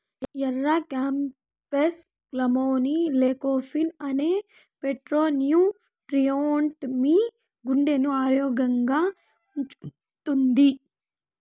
ఎర్ర క్యాప్సికమ్లోని లైకోపీన్ అనే ఫైటోన్యూట్రియెంట్ మీ గుండెను ఆరోగ్యంగా ఉంచుతుంది